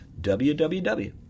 www